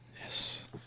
Yes